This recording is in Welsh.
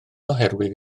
oherwydd